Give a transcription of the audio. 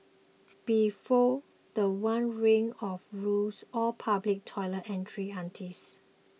before the one ring of rules all public toilet entrance aunties